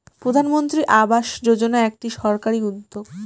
প্রধানমন্ত্রী আবাস যোজনা একটি সরকারি উদ্যোগ